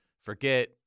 forget